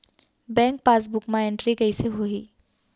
Bank passbook मा entry कइसे होही?